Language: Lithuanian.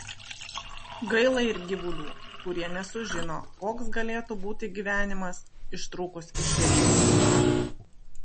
gaila ir gyvulių kurie nesužino koks galėtų būti gyvenimas ištrūkus iš šėryklos